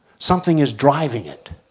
something is driving it.